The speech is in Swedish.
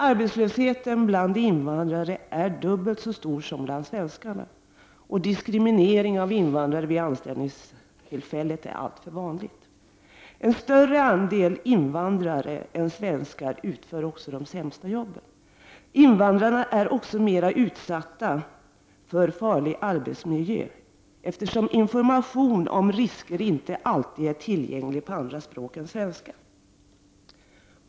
Arbetslösheten bland invandrare är dubbelt så stor som den svenska, och diskriminering av invandrare vid anställningstillfället är alltför vanligt. En större andel invandrare än svenskar utför de sämsta jobben. Invandrarna är också mer utsatta för farliga arbetsmiljöer, eftersom information om risker inte alltid är tillgänglig på andra språk än svenska.